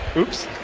oops.